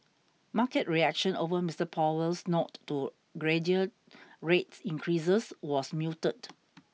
market reaction over Mister Powell's nod to gradual rates increases was muted